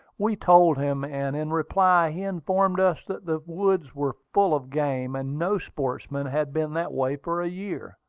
we told him, and in reply he informed us that the woods were full of game, and no sportsman had been that way for a year.